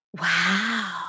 Wow